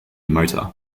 motor